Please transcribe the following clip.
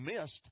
missed